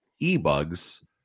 e-bugs